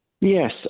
Yes